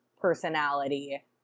personality